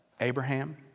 Abraham